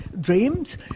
dreams